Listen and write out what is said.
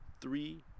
three